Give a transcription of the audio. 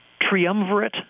triumvirate